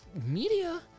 media